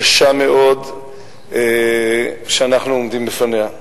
קשה מאוד שאנחנו עומדים בפניה,